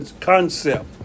concept